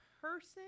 person –